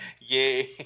Yay